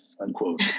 unquote